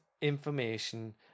information